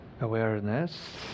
awareness